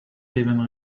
even